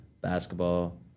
basketball